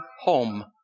home